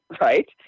right